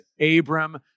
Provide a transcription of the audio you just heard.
Abram